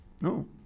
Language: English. No